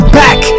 back